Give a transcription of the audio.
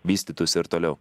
vystytųs ir toliau